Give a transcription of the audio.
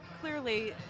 clearly